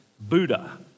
Buddha